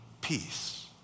peace